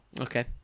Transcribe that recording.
Okay